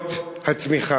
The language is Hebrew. מפירות הצמיחה.